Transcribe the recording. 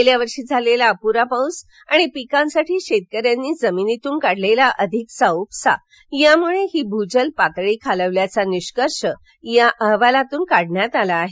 गेल्या वर्षी झालेला अपुरा पाऊस आणि पिकांसाठी शेतकऱ्यांनी जमिनीतून केलेला अधिकचा उपसा यामुळं ही भूजल पातळी खालावल्याचा निष्कर्ष या अहवालात काढण्यात आला आहे